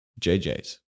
JJ's